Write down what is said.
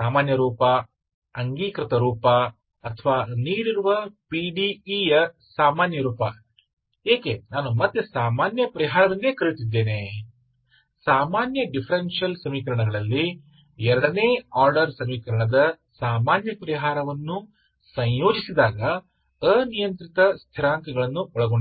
सामान्य रूप कैनॉनिकल रूप या दिए गए पीडीई के सामान्य रूप का ठीक है मैं इतना सामान्य समाधान फिर से क्यों बुला रहा हूं इसलिए सामान्य डिफरेंशियल समीकरणों में दूसरे क्रम के समीकरण जब आप सामान्य समाधान को एकीकृत करते हैं तो इसमें आर्बिट्रेरी स्थिरांक शामिल होना चाहिए